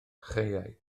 chaeau